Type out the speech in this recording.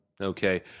Okay